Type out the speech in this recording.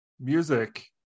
music